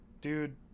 dude